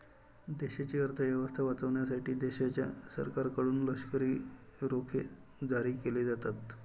देशाची अर्थ व्यवस्था वाचवण्यासाठी देशाच्या सरकारकडून लष्करी रोखे जारी केले जातात